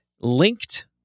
linked